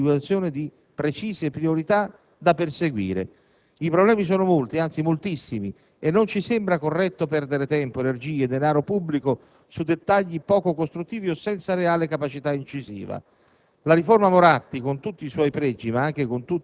ma essenziale è sicuramente l'individuazione di precise priorità da perseguire. I problemi sono molti, anzi moltissimi, e non ci sembra corretto perdere tempo, energie, denaro pubblico su dettagli poco costruttivi o senza reale capacità incisiva.